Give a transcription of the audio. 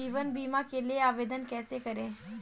जीवन बीमा के लिए आवेदन कैसे करें?